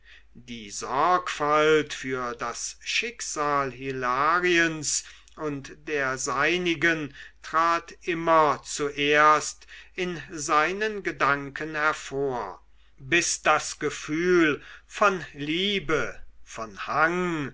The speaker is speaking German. die sorgfalt für das schicksal hilariens und der seinigen trat immer zuerst in seinen gedanken hervor bis das gefühl von liebe von hang